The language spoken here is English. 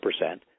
percent